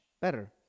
better